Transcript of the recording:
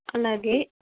అలాగే